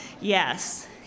Yes